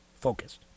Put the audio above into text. focused